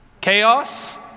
chaos